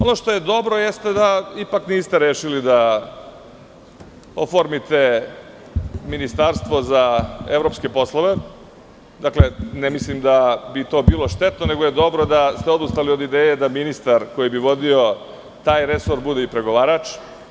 Ono što je dobro jeste da ipak niste rešili da oformite ministarstvo za evropske poslove, dakle, ne mislim da bi to bilo štetno, nego je dobro da ste odustali od ideje da ministar koji bi vodio taj resor bude i pregovarač.